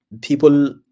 People